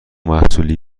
محصولی